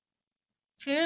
so